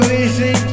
Easy